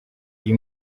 uyu